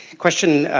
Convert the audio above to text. question